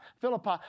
Philippi